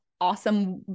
awesome